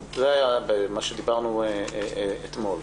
דיברנו על זה אתמול.